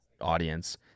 audience